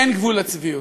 אין גבול לצביעות.